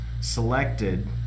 selected